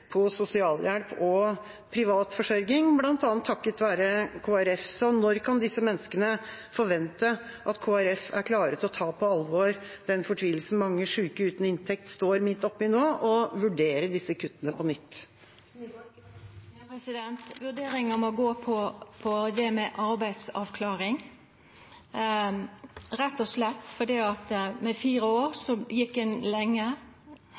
på sosialhjelp og privat forsørging, bl.a. takket være Kristelig Folkeparti. Når kan disse menneskene forvente at Kristelig Folkeparti er klare til å ta på alvor den fortvilelsen mange syke uten inntekt står midt oppe i nå, og vurdere disse kuttene på nytt? Vurderinga må gå på det med arbeidsavklaring, rett og slett fordi med fire år gjekk ein lenge,